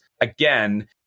again